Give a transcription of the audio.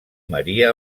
maria